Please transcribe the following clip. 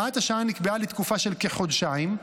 הוראת השעה נקבעה לתקופה של כחודשיים,